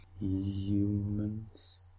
Humans